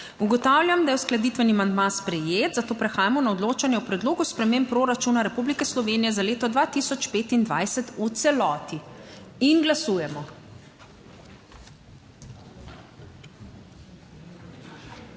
Ugotavljam, da je uskladitveni amandma sprejet. Zato prehajamo na odločanje o predlogu sprememb proračuna Republike Slovenije za leto 2025 v celoti. Glasujemo.